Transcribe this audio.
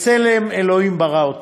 בצלם אלהים ברא אֹתו",